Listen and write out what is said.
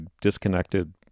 disconnected